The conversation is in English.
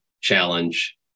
challenge